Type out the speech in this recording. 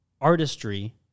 artistry